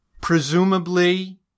presumably